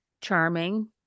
charming